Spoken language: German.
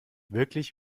wirklich